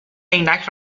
عینک